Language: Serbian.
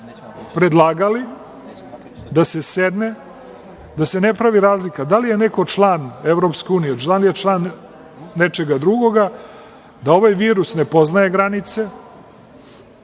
da se ne pravi razlika da li je neko član EU, da li je član nečega drugog, da ovaj virus ne poznaje granice,